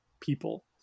people